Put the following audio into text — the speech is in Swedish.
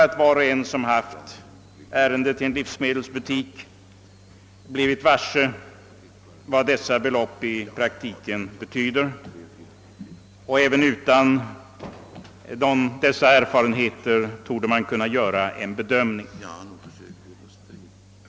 Var och en som haft ärende till en livsmedelsbutik har nog blivit varse vad dessa belopp i praktiken betyder, men även utan sådana erfarenheter torde man kunna göra en bedömning.